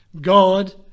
God